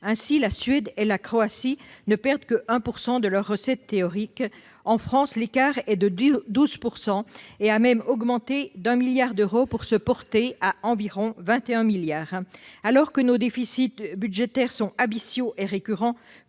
Ainsi, la Suède et la Croatie ne perdent que 1 % de leurs recettes théoriques. En France, l'écart est de 12 % et a même augmenté de 1 milliard d'euros pour s'établir à environ 21 milliards d'euros. Alors que nos déficits budgétaires sont abyssaux et récurrents,